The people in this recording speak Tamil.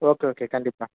ஓகே ஓகே கண்டிப்பாக